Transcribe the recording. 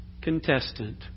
contestant